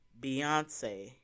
Beyonce